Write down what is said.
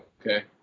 Okay